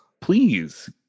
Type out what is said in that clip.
Please